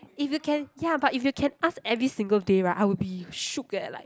if you can ya but if you can ask every single day right I will be shook eh like